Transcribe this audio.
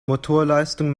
motorleistung